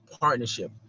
partnership